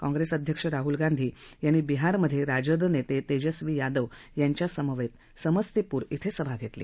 काँप्रेस अध्यक्ष राहुल गांधी यांनी बिहारमधे राजद नेते तेजस्वी यादव यांच्या समवेत समस्तीपूर इथं सभा घेतली